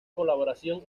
colaboración